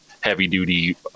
heavy-duty